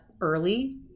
early